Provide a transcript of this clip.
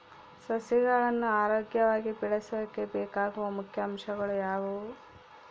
ಸಸಿಗಳನ್ನು ಆರೋಗ್ಯವಾಗಿ ಬೆಳಸೊಕೆ ಬೇಕಾಗುವ ಮುಖ್ಯ ಅಂಶಗಳು ಯಾವವು?